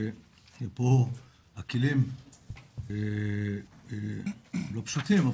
שפה הכלים - לא פשוטים,